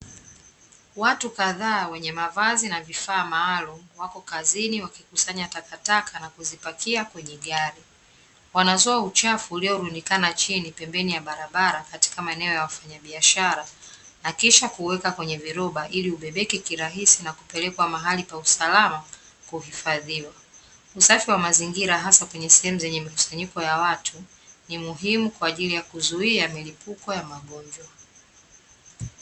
Watu kadhaa wenye mavazi na vifaa maalumu wako kazini wakikusanya takataka na kuzipakia kwenye gari. Wanazoa uchafu uliorundikana chini pembeni ya barabara katika maeneo ya wafanyabiashara, na kisha kuweka kwenye viroba ili ubebeke kirahisi na kupelekwa mahali pa usalama kuhifadhiwa. Usafi wa mazingira hasa kwenye sehemu zenye mikusanyiko ya watu, ni muhimu kwa ajili ya kuzuia milipuko ya magonjwa.